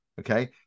Okay